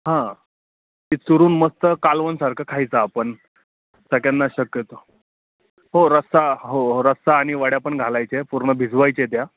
हां ती चुरून मस्त कालवणसारखं खायचं आपण सगळ्यांना शक्यतो हो रस्सा हो हो रस्सा आणि वड्या पण घालायचे पूर्ण भिजवायचे त्या